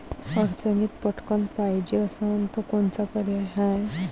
अडचणीत पटकण पायजे असन तर कोनचा पर्याय हाय?